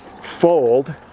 fold